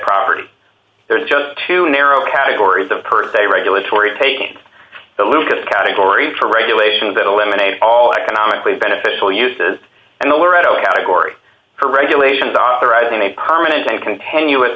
property there are just too narrow categories of per se regulatory taking the lucas category for regulations that eliminate all economically beneficial uses and the whereto category for regulations authorizing a permanent and continuous